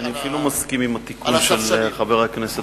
אני אפילו מסכים עם התיקון של חבר הכנסת בר-און.